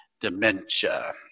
dementia